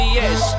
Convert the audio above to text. yes